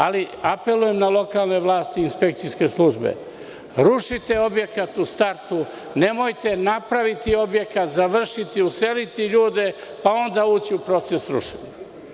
Apelujem na lokalne vlasti i inspekcijske službe, rušite objekat u startu, nemojte napraviti objekat, završiti, useliti ljude, pa onda ući u proces rušenja.